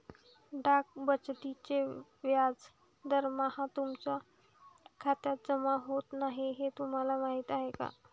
डाक बचतीचे व्याज दरमहा तुमच्या खात्यात जमा होत नाही हे तुम्हाला माहीत आहे का?